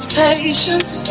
patience